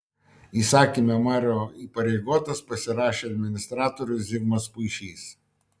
įsakymą mero įpareigotas pasirašė administratorius zigmas puišys